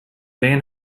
van